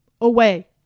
away